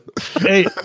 hey